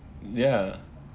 ya